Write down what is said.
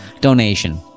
donation